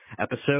episode